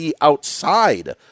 outside